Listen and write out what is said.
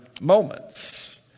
moments